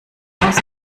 dass